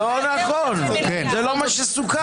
לא נכון, זה לא מה שסוכם.